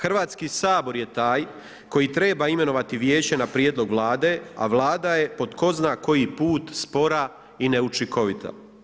Hrvatski sabor je taj koji treba imenovati vijeće na prijedlog Vlade, a Vlada je po tko zna koji put spora i neučinkovita.